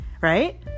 right